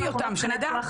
תציפי אותם, שנדע.